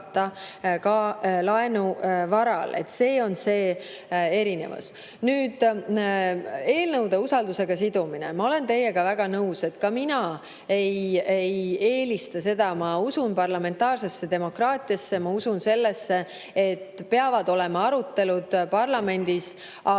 ka laenu varal. See on see erinevus. Nüüd, eelnõude usaldusega sidumine. Ma olen teiega väga nõus, et ka mina ei eelista seda. Ma usun parlamentaarsesse demokraatiasse, ma usun sellesse, et peavad olema arutelud parlamendis, aga